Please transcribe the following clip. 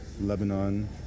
Lebanon